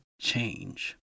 change